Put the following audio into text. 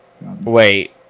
Wait